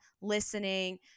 listening